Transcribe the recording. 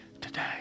today